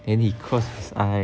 and he close his eyes